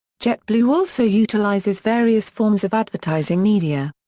jetblue also utilizes various forms of advertising media.